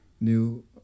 New